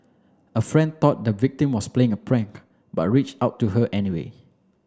a friend thought the victim was playing a prank but reached out to her anyway